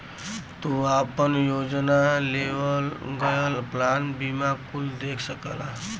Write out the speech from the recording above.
तू आपन योजना, लेवल गयल प्लान बीमा कुल देख सकला